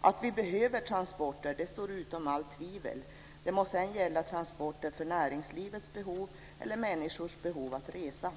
Att vi behöver transporter står utom allt tvivel - det må sedan gälla transporter för näringslivets behov eller människors behov av att resa.